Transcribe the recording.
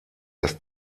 das